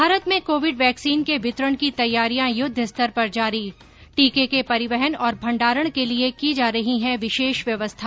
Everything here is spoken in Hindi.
भारत में कोविड वैक्सीन के वितरण की तैयारियां युद्वस्तर पर जारी टीके के परिवहन और भण्डारण के लिये की जा रही है विशेष व्यवस्था